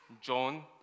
John